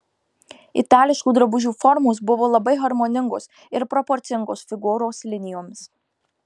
itališkų drabužių formos buvo labai harmoningos ir proporcingos figūros linijoms